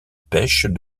pêche